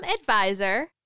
Advisor